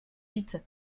vite